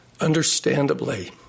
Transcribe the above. Understandably